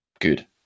good